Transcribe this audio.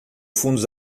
fundos